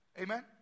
Amen